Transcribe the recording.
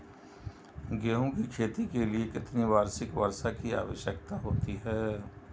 गेहूँ की खेती के लिए कितनी वार्षिक वर्षा की आवश्यकता होती है?